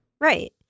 Right